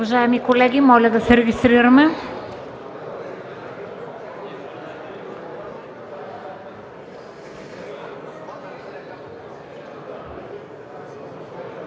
Благодаря